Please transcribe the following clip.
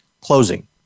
closing